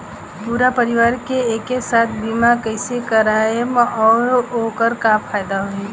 पूरा परिवार के एके साथे बीमा कईसे करवाएम और ओकर का फायदा होई?